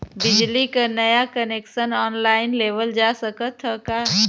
बिजली क नया कनेक्शन ऑनलाइन लेवल जा सकत ह का?